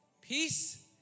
peace